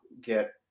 get